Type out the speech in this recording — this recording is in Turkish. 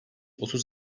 otuz